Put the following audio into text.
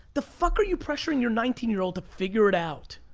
the fuck are you pressuring your nineteen year old to figure it out?